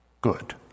good